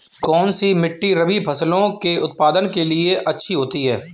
कौनसी मिट्टी रबी फसलों के उत्पादन के लिए अच्छी होती है?